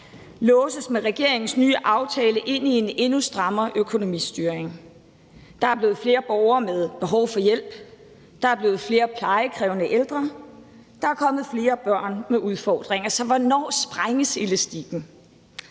låses med regeringens nye aftale ind i en endnu strammere økonomistyring. Der er blevet flere borgere med behov for hjælp. Der er blevet flere plejekrævende ældre. Der er kommet flere børn med udfordringer. Så hvornår springer elastikken?